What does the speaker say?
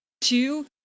two